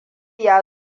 ya